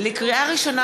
לקריאה ראשונה,